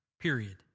period